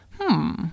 Hmm